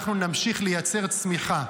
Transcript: אנחנו נמשיך לייצר צמיחה.